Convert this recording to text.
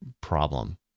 problem